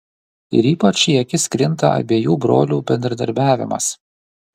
ir ypač į akis krinta abiejų brolių bendradarbiavimas